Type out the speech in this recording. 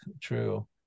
true